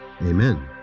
Amen